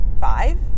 five